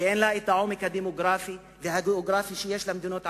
שאין לה העומק הדמוגרפי והגיאוגרפי שיש למדינות ערב?